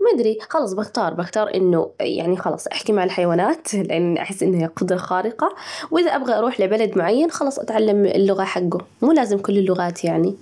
ما أدري، خلاص بختار بختار إنه يعني خلاص أحكي مع الحيوانات لأن أحس إن هي قدرة خارقة، وإذا أبغى أروح لبلد معين خلاص أتعلم اللغة حجه، مو لازم كل اللغات يعني.